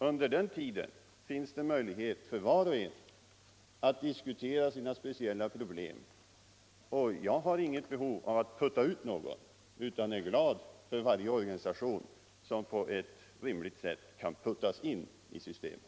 Under den tiden finns det möjlighet för var och en av organisationerna att diskutera sina speciella problem. Jag har inget behov av att putta ut någon utan är glad för varje organisation som på ett lämpligt sätt kan puttas in i systemet.